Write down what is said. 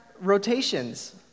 rotations